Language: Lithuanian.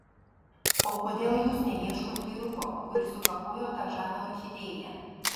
o kodėl jūs neieškot vyruko kuris sukapojo tą žavią orchidėją